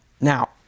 Now